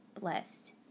blessed